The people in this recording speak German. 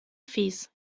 fieß